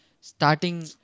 starting